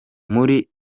muri